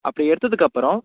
அப்படி எடுத்ததுக்கப்புறோம்